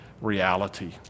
reality